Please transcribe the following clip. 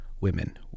Women